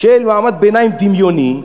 של מעמד ביניים דמיוני,